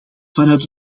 vanuit